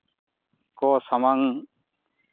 ᱠᱚ ᱥᱟᱢᱟᱝ